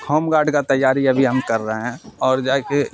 home guard کا تیاری ابھی ہم کر رہے ہیں اور جا کے